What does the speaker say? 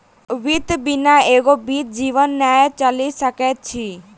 वित्त बिना एको बीत जीवन नै चलि सकैत अछि